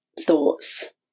thoughts